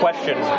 Question